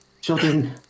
children